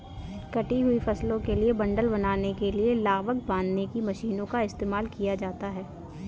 कटी हुई फसलों के बंडल बनाने के लिए लावक बांधने की मशीनों का इस्तेमाल किया जाता है